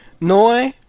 Noi